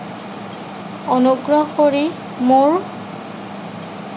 অনুগ্ৰহ কৰি মোৰ